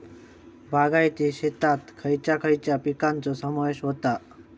बागायती शेतात खयच्या खयच्या पिकांचो समावेश होता?